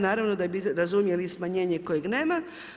Naravno da bi razumjeli i smanjenje kojeg nema.